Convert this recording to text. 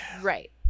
right